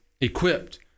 equipped